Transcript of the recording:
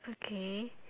okay